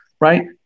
right